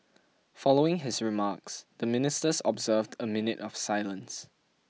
following his remarks the Ministers observed a minute of silence